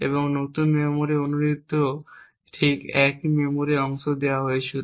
এবং নতুন মেমরির অনুরোধটিও ঠিক একই মেমরির অংশটি দেওয়া হয়েছিল